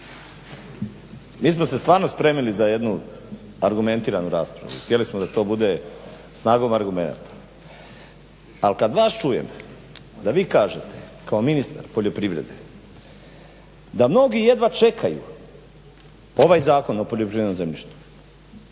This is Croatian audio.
mi smo se stvarno spremili za jednu argumentiranu raspravu, htjeli smo da to bude snagom argumenata. Ali kad vas čujem, da vi kažete kao ministar poljoprivrede da mnogi jedva čekaju ovaj Zakon o poljoprivrednom zemljištu